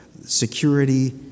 security